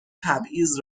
تبعیض